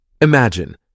Imagine